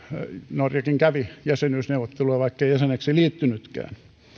norjakin kävi jäsenyysneuvotteluja vaikka ei jäseneksi liittynytkään